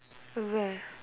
where